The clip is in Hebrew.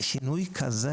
שינוי כזה